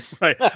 Right